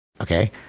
okay